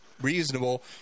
reasonable